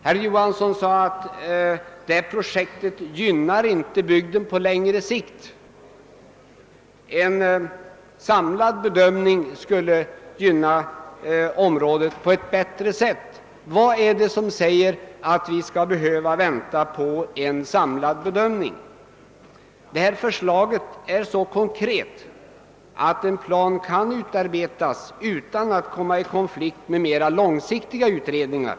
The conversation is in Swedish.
Herr Johansson sade att detta projekt inte gynnar bygden på längre sikt. En samlad bedömning skulle gynna området på ett bättre sätt. Vad är det som säger att vi skall behöva vänta på en samlad bedömning? Det föreliggande förslaget är så konkret att en plan kan utarbetas utan att komma i konflikt med mera långsiktiga utredningar.